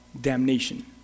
damnation